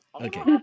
Okay